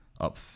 up